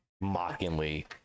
mockingly